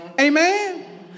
Amen